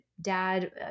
dad